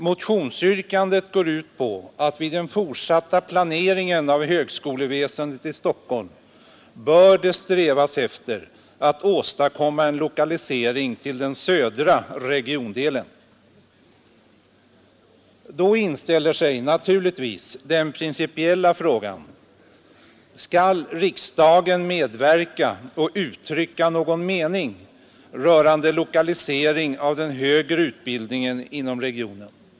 Motionsyrkandet går ut på att vid den fortsatta planeringen av högskoleväsendet i Stockholm man bör sträva efter att åstadkomma en lokalisering till den södra regiondelen. Då inställer sig den principiella frågan: Skall riksdagen medverka och uttrycka någon mening rörande lokalisering av den högre utbildningen inom regionen?